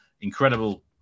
incredible